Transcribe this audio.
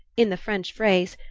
in the french phrase,